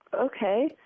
Okay